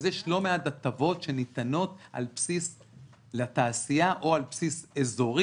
אז יש לא מעט הטבות שניתנות לתעשייה או על בסיס אזורי,